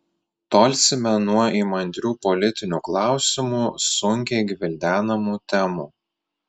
tolsime nuo įmantrių politinių klausimų sunkiai gvildenamų temų